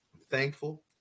thankful